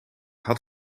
had